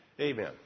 Amen